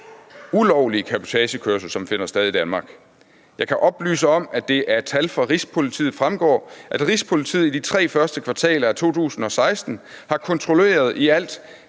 ulovlige cabotagekørsel, som finder sted i Danmark. Jeg kan oplyse om, at det af tal fra Rigspolitiet fremgår, at Rigspolitiet i de tre første kvartaler af 2016 har kontrolleret i alt